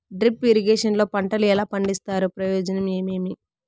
Drip irrigation లో పంటలు ఎలా పండిస్తారు ప్రయోజనం ఏమేమి?